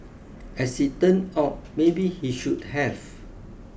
as it turned out maybe he should have